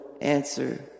answer